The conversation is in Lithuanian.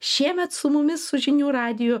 šiemet su mumis su žinių radiju